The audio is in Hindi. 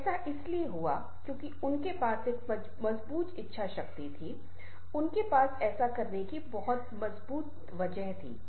ऐसा इसलिए हुआ क्योंकि उनके पास एक मजबूत इच्छा थी उनके पास ऐसा करने की बहुत मजबूत इच्छाशक्ति थी